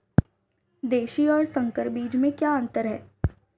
देशी और संकर बीज में क्या अंतर है?